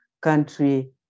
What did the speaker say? country